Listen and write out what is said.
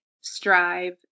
strive